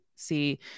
see